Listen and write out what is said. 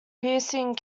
piercing